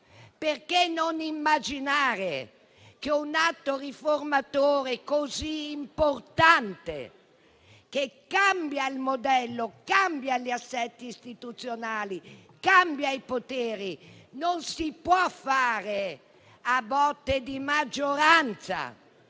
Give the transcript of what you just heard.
Perché non immaginare che un atto riformatore così importante che cambia il modello, cambia gli assetti istituzionali, cambia i poteri, non si possa fare a botte di maggioranza,